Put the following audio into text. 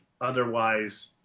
Otherwise